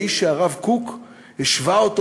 האיש שהרב קוק השווה אותו,